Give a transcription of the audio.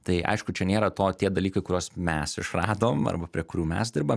tai aišku čia nėra to tie dalykai kuriuos mes išradom arba prie kurių mes dirbam